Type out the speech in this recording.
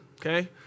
okay